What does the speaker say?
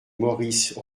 maurice